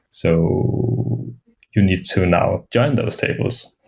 so you need to now join those tables.